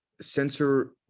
sensor